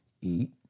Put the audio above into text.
Eat